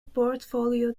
portfolio